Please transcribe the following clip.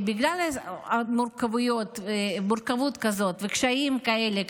בגלל מורכבות כזאת וקשיים כאלה,